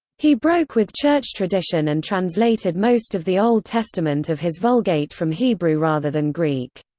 he broke with church tradition and translated most of the old testament of his vulgate from hebrew rather than greek.